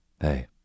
Hey